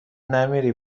نمیری